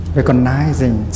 recognizing